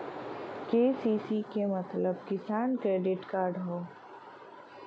KCC क मतलब किसान क्रेडिट कार्ड हौ